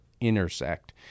intersect